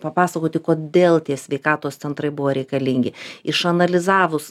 papasakoti kodėl tie sveikatos centrai buvo reikalingi išanalizavus